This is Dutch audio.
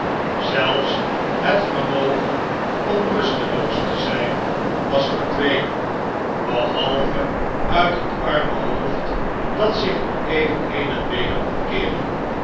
zelfs het vermogen om rusteloos te zijn was verdwenen behalve uit het arme hoofd dat zich nog even heen en weder kon keeren